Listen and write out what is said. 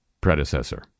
predecessor